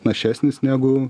našesnis negu